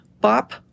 bop